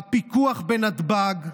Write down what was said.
הפיקוח בנתב"ג,